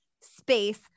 space